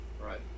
right